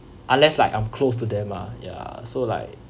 unless like I'm close to them ah ya so like